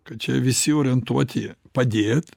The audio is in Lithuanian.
kad čia visi jau orientuoti jie padėt